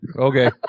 Okay